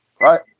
right